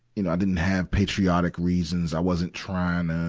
you know, i didn't have patriotic reasons. i wasn't trying to,